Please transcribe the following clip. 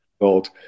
gold